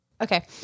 Okay